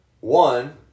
one